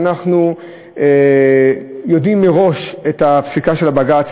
שאנחנו יודעים מראש את פסיקת בג"ץ,